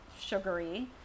sugary